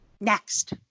next